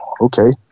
okay